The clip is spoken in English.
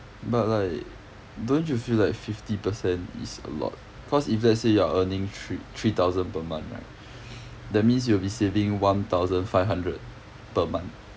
but like don't you feel like fifty percent is a lot cause if let's say you're earning three three thousand per month right that means you'll be saving one thousand five hundred per month